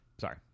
sorry